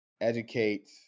educate